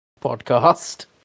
podcast